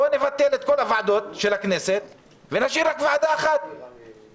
בואו נבטל את כל הוועדות של הכנסת ונשאיר רק ועדה אחת וזהו.